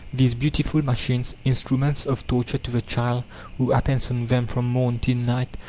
these beautiful machines, instruments of torture to the child who attends on them from morn till night,